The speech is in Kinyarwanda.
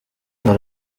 nawe